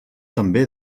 també